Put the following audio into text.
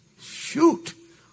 shoot